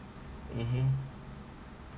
mmhmm